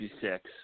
six